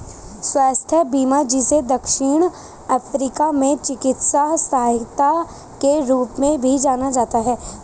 स्वास्थ्य बीमा जिसे दक्षिण अफ्रीका में चिकित्सा सहायता के रूप में भी जाना जाता है